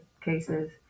cases